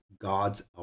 God's